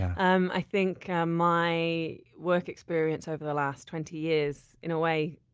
um i think um my work experience over the last twenty years, in a way,